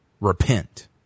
repent